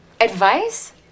Advice